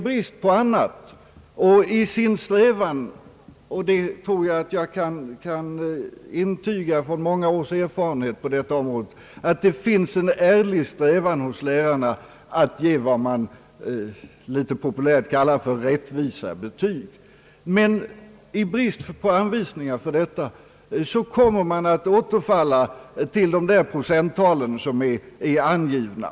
Efter många års erfarenhet på detta område kan jag intyga att det finns en ärlig strävan hos lärarna att ge vad man populärt kallar rättvisa betyg. Men i brist på anvisningar härför kommer men att återfalla till de procenttal som är angivna.